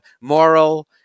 moral